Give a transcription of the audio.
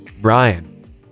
Brian